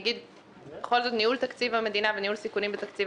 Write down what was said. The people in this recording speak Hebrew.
ניהול תקציב המדינה וניהול סיכונים בתקציב